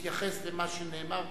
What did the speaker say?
ולהתייחס למה שנאמר פה,